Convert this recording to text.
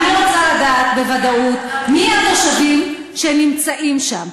אני רוצה לדעת בוודאות מי התושבים שנמצאים שם.